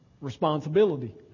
responsibility